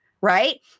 right